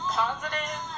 positive